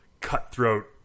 cutthroat